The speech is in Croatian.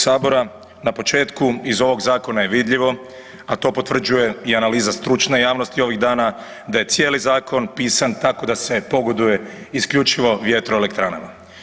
Na početku, iz ovog Zakona je vidljivo, a to potvrđuje i analiza stručne javnosti ovih dana, da je cijeli zakon pisan tako da se pogoduje isključivo vjetroelektranama.